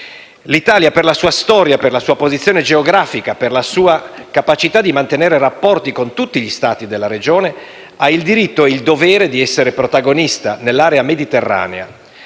L'Italia, per la sua storia, per la sua posizione geografica e per la sua capacità di mantenere rapporti con tutti gli Stati della regione, ha il diritto e il dovere di essere protagonista nell'area mediterranea.